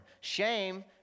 Shame